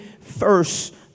first